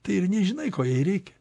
tai ir nežinai ko jai reikia